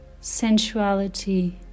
sensuality